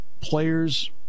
players